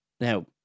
Now